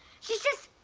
she's just